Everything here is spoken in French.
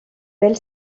belle